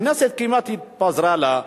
הכנסת כמעט התפזרה לה,